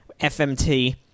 FMT